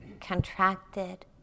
contracted